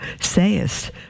sayest